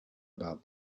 about